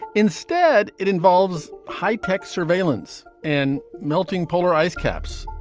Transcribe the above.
instead, it involves high tech surveillance and melting polar ice caps.